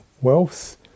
wealth